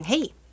Hey